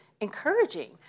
encouraging